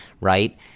right